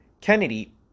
Kennedy